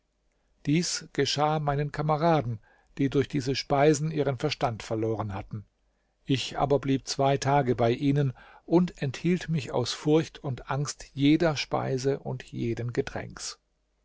dies geschah meinen kameraden die durch diese speisen ihren verstand verloren hatten ich aber blieb zwei tage bei ihnen und enthielt mich aus furcht und angst jeder speise und jeden